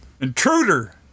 intruder